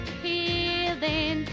healing